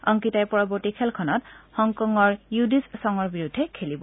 অংকিতাই পৰবৰ্তী খেলখনত হংকঙৰ য়ুডিছ্ ছঙৰ বিৰুদ্ধে খেলিব